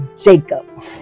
Jacob